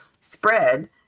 spread